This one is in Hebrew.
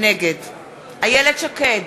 נגד איילת שקד,